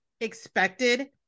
expected